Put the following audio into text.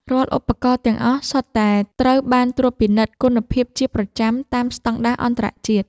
រាល់ឧបករណ៍ទាំងអស់សុទ្ធតែត្រូវបានត្រួតពិនិត្យគុណភាពជាប្រចាំតាមស្ដង់ដារអន្តរជាតិ។